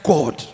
God